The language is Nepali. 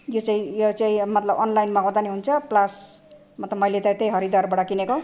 यो चाहि यो चाहिँ मतलब अनलाइन मगाउँदा पनि हुन्छ प्लस म त मैले त त्यही हरिद्वारबाट किनेको